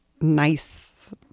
nice